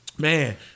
Man